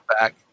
back